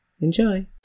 Enjoy